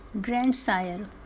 Grandsire